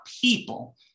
people